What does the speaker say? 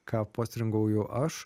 ką postringauju aš